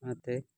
ᱚᱱᱟᱛᱮ